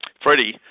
Freddie